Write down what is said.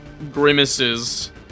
grimaces